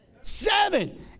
seven